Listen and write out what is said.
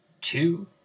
two